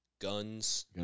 guns